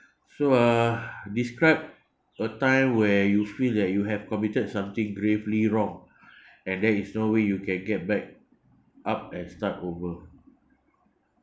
so uh describe a time where you feel that you have committed something gravely wrong and there is no way you can get back up and start over